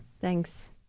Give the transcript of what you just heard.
Thanks